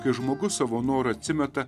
kai žmogus savo noru atsimeta